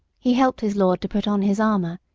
he helped his lord to put on his armour,